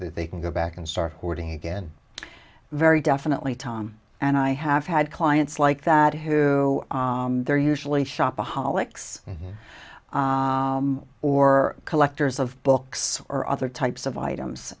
that they can go back and start hoarding again very definitely tom and i have had clients like that who are usually shopaholics or collectors of books or other types of items